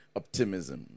optimism